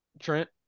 Trent